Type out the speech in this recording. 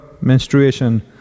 menstruation